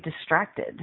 distracted